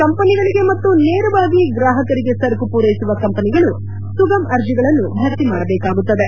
ಕಂಪನಿಗಳಿಗೆ ಮತ್ತು ನೇರವಾಗಿ ಗ್ರಾಪಕರಿಗೆ ಸರಕು ಪೂರೈಸುವ ಕಂಪನಿಗಳು ಸುಗಮ್ ಅರ್ಜಿಗಳನ್ನು ಭರ್ತಿ ಮಾಡಬೇಕಾಗುತ್ತದೆ